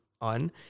on